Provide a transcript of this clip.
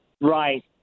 Right